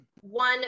one